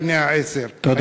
בני עשר." תודה.